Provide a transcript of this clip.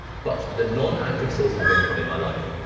but, the non active sources of income in my life,